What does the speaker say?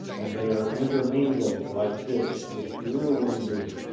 and they are intermingled like this, with your wounded,